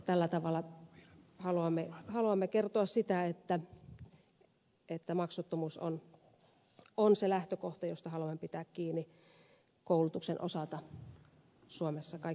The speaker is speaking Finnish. tällä tavalla haluamme kertoa sitä että maksuttomuus on se lähtökohta josta haluamme pitää kiinni koulutuksen osalta suomessa kai